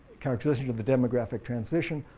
characterization of the demographic transition.